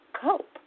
cope